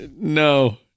No